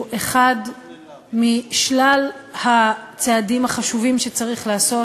שהוא אחד משלל הצעדים החשובים שצריך לעשות